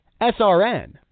SRN